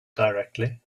directly